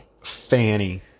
fanny